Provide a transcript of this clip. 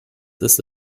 this